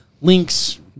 Link's